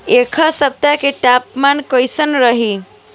एह सप्ताह के तापमान कईसन रही?